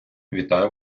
вітаю